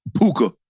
Puka